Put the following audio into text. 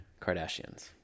Kardashians